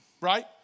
Right